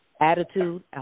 Attitude